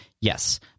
Yes